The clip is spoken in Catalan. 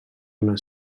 una